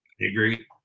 agree